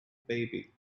baby